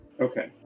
okay